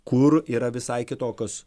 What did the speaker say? kur yra visai kitokios